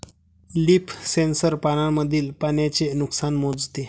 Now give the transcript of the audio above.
leaf sensor पानांमधील पाण्याचे नुकसान मोजते